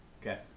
Okay